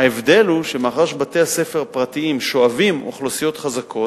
ההבדל הוא שמאחר שבתי-ספר פרטיים שואבים אוכלוסיות חזקות,